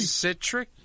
citric